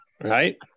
right